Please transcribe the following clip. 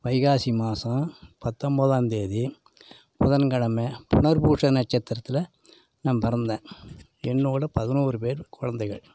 வைகாசி மாசம் பத்தொம்போதாம் தேதி புதன்கெழமை புனர்பூசம் நட்சத்திரத்தில் நான் பிறந்தேன் என்னோட பதினோரு பேர் கொழந்தைகள்